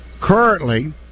Currently